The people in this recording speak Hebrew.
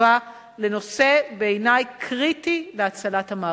תשובה לנושא שהוא בעיני קריטי להצלת המערכת.